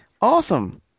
awesome